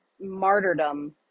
martyrdom